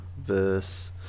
verse